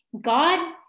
God